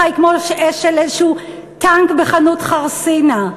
היא כמו של איזשהו טנק בחנות חרסינה.